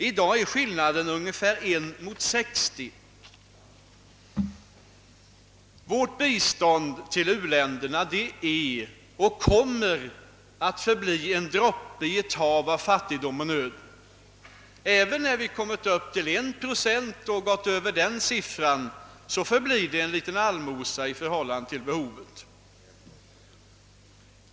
I dag är skillnaden ungefär 1 mot 60. Vårt bistånd till u-länderna är och kommer att förbli en droppe i ett hav av fattigdom och nöd. även när vi kommit upp till 1: procent av bruttonationalprodukten och däröver förblir det en liten allmosa i förhållande till behovet.